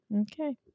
Okay